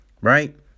Right